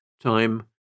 Time